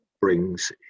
brings